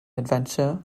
adventure